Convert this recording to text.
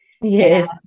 Yes